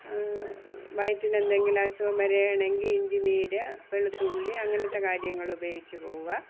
വയറ്റിനെന്തെങ്കിലും അസുഖം വരികയാണെങ്കിൽ ഇഞ്ചി നീരോ വെളുത്തുള്ളി അങ്ങനത്തെ കാര്യങ്ങളുപയോഗിച്ച് പോകുക